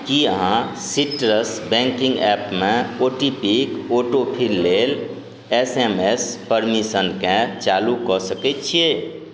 कि अहाँ Citrus banking ऐपमे ओ टी पी के ऑटोफिल लेल एस एम एस परमिशनकेँ चालू कऽ सकै छिए